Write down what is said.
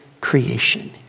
creation